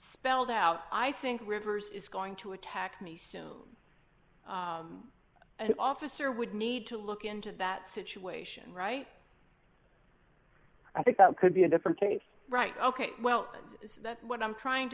spelled out i think rivers is going to attack me soon an officer would need to look into that situation right i think that could be a different case right ok well that's what i'm trying